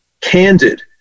candid